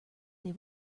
they